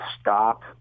stop